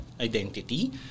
identity